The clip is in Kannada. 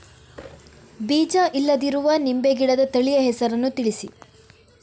ಬೀಜ ಇಲ್ಲದಿರುವ ನಿಂಬೆ ಗಿಡದ ತಳಿಯ ಹೆಸರನ್ನು ತಿಳಿಸಿ?